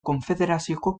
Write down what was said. konfederazioko